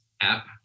app